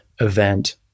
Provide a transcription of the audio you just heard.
event